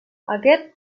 aquest